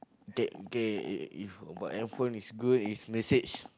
get get whatever is good is message